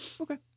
Okay